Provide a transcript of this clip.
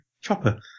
chopper